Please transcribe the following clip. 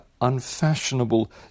unfashionable